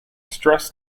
stress